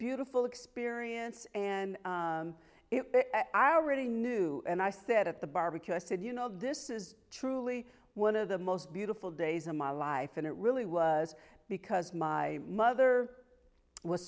beautiful experience and i already knew and i said at the barbecue i said you know this is truly one of the most beautiful days of my life and it really was because my mother was